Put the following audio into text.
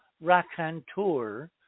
raconteur